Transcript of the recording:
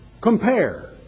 Compare